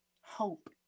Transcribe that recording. hope